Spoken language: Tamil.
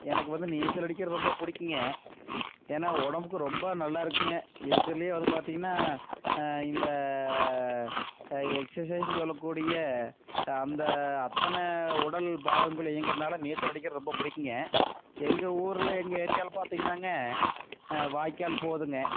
எனக்கு வந்து நீச்சல் அடிக்கிறது ரொம்ப பிடிக்குங்க ஏன்னால் உடம்புக்கு ரொம்ப நல்லாருக்குதுங்க இருக்குர்ல்லே அது பார்த்தீங்ன்னா இந்த எக்சசைஸ்ன்னு சொல்லக்கூடிய அந்த அத்தனை உடல் பாகங்களும் இயங்கிறனாலே நீச்சல் அடிக்கிறது ரொம்ப பிடிக்குங்க எங்கள் ஊரில் எங்கள் ஏரியாவில் பார்த்தீங்கன்னாங்க வாய்க்கால் போகுதுங்க